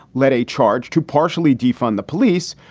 led a charge to partially defund the police,